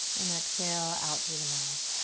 and exhale out through the mouth.